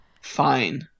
fine